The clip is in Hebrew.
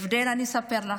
אני אספר לך: